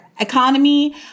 economy